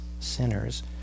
sinners